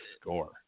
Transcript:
score